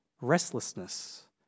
restlessness